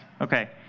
okay